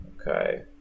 Okay